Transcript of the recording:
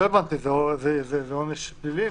זה עונש פלילי?